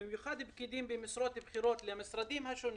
במיוחד פקידים במשרות בכירות למשרדים השונים,